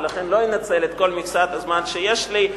ולכן לא אנצל את כל מכסת הזמן שיש לי.